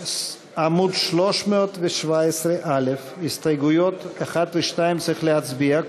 עמוד 317א, הסתייגויות 1 ו-2, צריך להצביע.